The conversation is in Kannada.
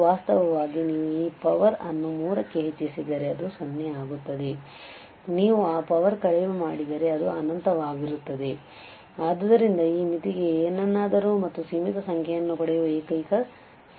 ವಾಸ್ತವವಾಗಿ ನೀವು ಈ ಪವರ್ ಅನ್ನು 3 ಕ್ಕೆ ಹೆಚ್ಚಿಸಿದರೆ ಅದು 0 ಆಗುತ್ತದೆ ನೀವು ಆ ಪವರ್ ಕಡಿಮೆ ಮಾಡಿದರೆ ಅದು ಅನಂತವಾಗಿರುತ್ತದೆ ಆದ್ದರಿಂದ ಈ ಮಿತಿಗೆ ಏನನ್ನಾದರೂ ಮತ್ತು ಸೀಮಿತ ಸಂಖ್ಯೆಯನ್ನು ಪಡೆಯುವ ಏಕೈಕ ಸಾಧ್ಯತೆಯಾಗಿದೆ